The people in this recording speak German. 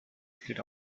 steht